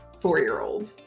four-year-old